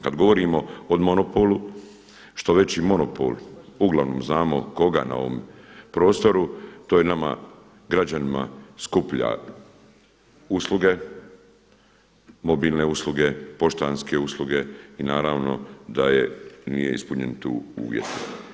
Kada govorimo o monopolu, što veći monopol, uglavnom znamo koga na ovom prostoru to je nama građanima skuplja usluga, mobilne usluge, poštanske usluge i naravno da je, nije ispunjen tu uvjet.